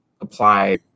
apply